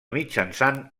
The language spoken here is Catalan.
mitjançant